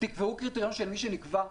תקבעו קריטריון של מי שנקבע ב-80%,